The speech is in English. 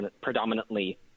predominantly